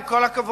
עם כל הכבוד,